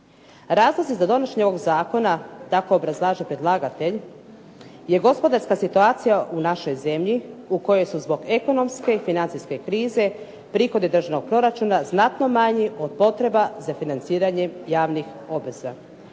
Razlozi za donošenje ovog zakona, tako obrazlaže predlagatelj je gospodarska situacija u našoj zemlji u kojoj su zbog ekonomske i financijske krize prihodi državnog proračuna znatno manji od potreba za financiranjem javnih obveza.